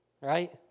Right